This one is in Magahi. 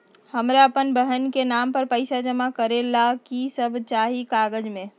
हमरा अपन बहन के नाम पर पैसा जमा करे ला कि सब चाहि कागज मे?